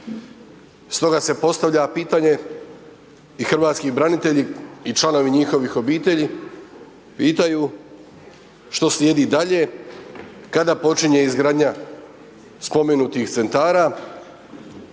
Stoga se postavlja pitanje i hrvatski branitelji i članovi njihovih obitelji pitaju što slijedi dalje, kada počinje izgradnja spomenutih Centara,